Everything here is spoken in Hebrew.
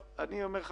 אני אומר לך,